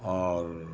और